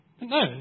No